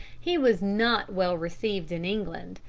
he was not well received in england,